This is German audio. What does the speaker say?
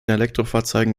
elektrofahrzeugen